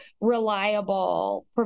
reliable